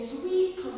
sweet